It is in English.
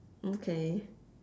mm K